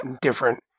different